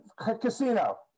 casino